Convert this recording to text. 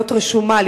להיות רשומה,